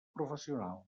professional